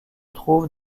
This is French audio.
trouve